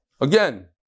Again